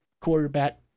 quarterback